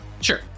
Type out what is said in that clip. Sure